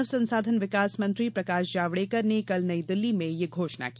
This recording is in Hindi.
मानव संसाधन विकास मंत्री प्रकाश जावड़ेकर ने कल नई दिल्ली में ये घोषणा की